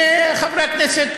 חברי הכנסת,